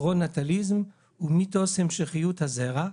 פרו-נטליזם ומיתוס המשכיות הזרע",